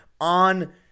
on